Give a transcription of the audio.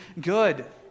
good